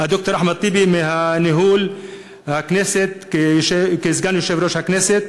ד"ר אחמד טיבי מניהול הכנסת כסגן יושב-ראש הכנסת.